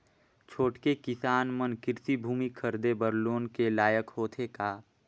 छोटके किसान मन कृषि भूमि खरीदे बर लोन के लायक होथे का?